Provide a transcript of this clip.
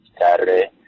Saturday